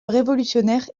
révolutionnaire